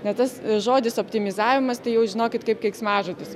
ne tas žodis optimizavimas tai jau žinokit kaip keiksmažodis